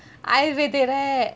ayurvedic right